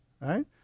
Right